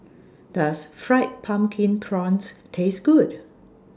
Does Fried Pumpkin Prawns Taste Good